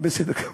בסדר גמור.